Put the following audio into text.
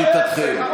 לשיטתכם?